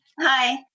Hi